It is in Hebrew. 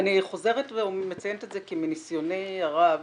אני חוזרת ומציינת את זה כי מניסיוני הרב